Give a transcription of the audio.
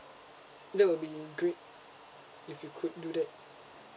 that would be great if you could do that